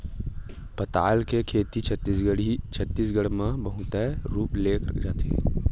पताल के खेती छत्तीसगढ़ म बहुताय रूप ले करे जाथे